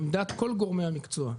עמדת כל גורמי המקצוע,